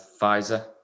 Pfizer